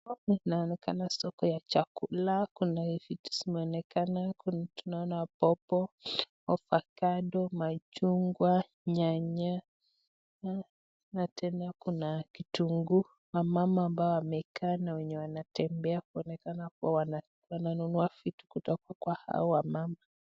Hapa ni kama inaonekana soko ya chakula. Kuna hivi vitu zinavyoonekana. Tunaona popo, avakado, machungwa, nyanya, na tena kuna kitunguu. Na wamama ambao wamekaa na wenye wanatembea kuonekana kuwa wananunua vitu kutoka kwa hawa wamama.